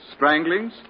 stranglings